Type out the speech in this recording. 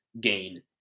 gain